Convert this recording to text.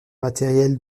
matériel